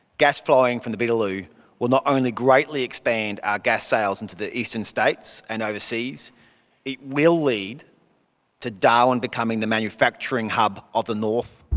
gas flowing from the beetaloo will not only greatly expand our gas sales into the eastern states and overseas it will lead to darwin becoming the manufacturing hub of the north.